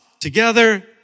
together